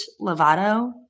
Lovato